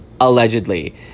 Allegedly